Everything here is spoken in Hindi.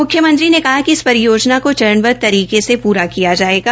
मुख्यमंत्री ने कहा कि इस परियोजना को चरणबदध तरीके से पूरा किया जाएगा